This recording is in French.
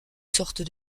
sortes